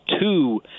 two